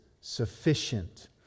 sufficient